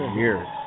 years